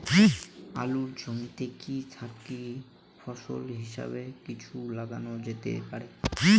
আলুর জমিতে কি সাথি ফসল হিসাবে কিছু লাগানো যেতে পারে?